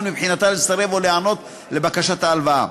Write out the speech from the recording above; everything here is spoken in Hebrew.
מבחינתה לסרב או להיענות לבקשת ההלוואה.